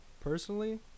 personally